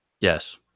Yes